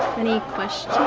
any questions?